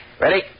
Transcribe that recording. Ready